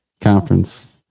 Conference